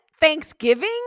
Thanksgiving